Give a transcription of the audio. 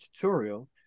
tutorial